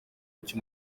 icyo